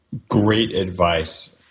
great advice.